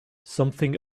something